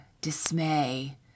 dismay